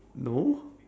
no